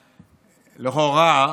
לכאורה,